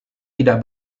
tidak